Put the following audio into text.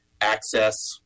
access